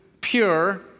Pure